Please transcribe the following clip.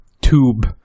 tube